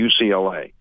UCLA